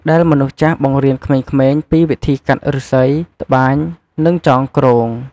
ដែលនមនុស្សចាស់បង្រៀនក្មេងៗពីវិធីកាត់ឫស្សី ត្បាញ និងចងគ្រោង។